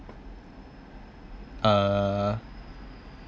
uh